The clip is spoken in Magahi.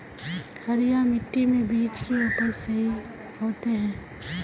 हरिया मिट्टी में बीज के उपज सही होते है?